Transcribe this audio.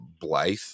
blythe